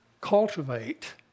cultivate